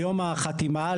ביום החתימה.